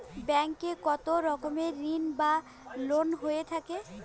Bank এ কত রকমের ঋণ বা লোন হয়ে থাকে?